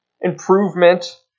improvement